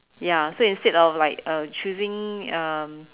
ya so instead of like uh choosing um